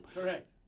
Correct